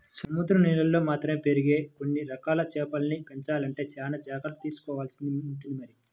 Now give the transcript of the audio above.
సముద్రం నీళ్ళల్లో మాత్రమే పెరిగే కొన్ని రకాల చేపల్ని పెంచాలంటే చానా జాగర్తలు తీసుకోవాల్సి ఉంటుంది మరి